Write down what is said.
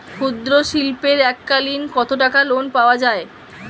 ক্ষুদ্রশিল্পের এককালিন কতটাকা লোন পাওয়া য়ায়?